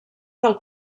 del